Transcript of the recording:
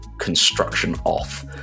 construction-off